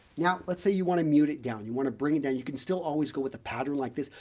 now, let's say you want to mute it down you want to bring it down. you can still always go with a pattern like this.